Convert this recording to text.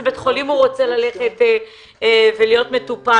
בית חולים הוא רוצה ללכת להיות מטופל.